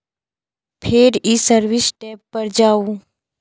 फेर ई service tab पर जाउ